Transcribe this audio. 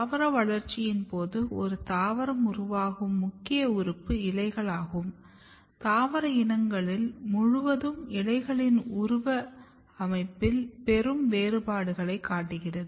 தாவர வளர்ச்சியின் போது ஒரு தாவரம் உருவாக்கும் முக்கிய உறுப்பு இலைகள் ஆகும் தாவர இனங்கள் முழுவதும் இலைகளின் உருவ அமைப்பில் பெரும் வேறுபாடுகளை காட்டுகிறது